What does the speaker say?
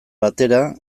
batera